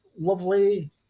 lovely